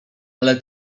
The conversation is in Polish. ale